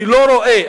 אני לא רואה,